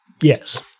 Yes